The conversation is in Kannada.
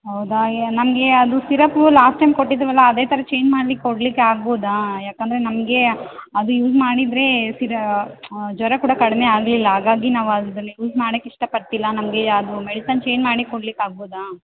ಹೌದಾ ಎ ನಮಗೆ ಅದು ಸಿರಪ್ಪು ಲಾಸ್ಟ್ ಟೈಮ್ ಕೊಟ್ಟಿದ್ವಲ್ಲ ಅದೇ ಥರ ಚೇಂಜ್ ಮಾಡಿ ಕೊಡ್ಲಿಕ್ಕೆ ಆಗ್ಬೋದಾ ಯಾಕೆಂದ್ರೆ ನಮಗೆ ಅದು ಯೂಸ್ ಮಾಡಿದರೆ ಸಿರಾ ಜ್ವರ ಕೂಡ ಕಡಿಮೆ ಆಗಲಿಲ್ಲಾ ಹಾಗಾಗಿ ನಾವು ಅದನ್ನು ಯೂಸ್ ಮಾಡಕ್ಕೆ ಇಷ್ಟ ಪಡ್ತಿಲ್ಲ ನಮಗೆ ಅದು ಮೆಡಿಸನ್ ಚೇಂಜ್ ಮಾಡಿ ಕೊಡ್ಲಿಕ್ಕೆ ಆಗ್ಬೋದಾ